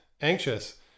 anxious